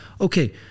Okay